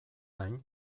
gain